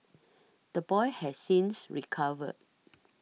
the boy has since recovered